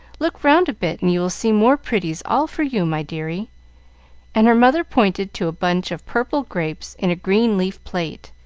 look round a bit and you will see more pretties all for you, my dearie and her mother pointed to a bunch of purple grapes in a green leaf plate,